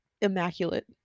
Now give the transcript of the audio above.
immaculate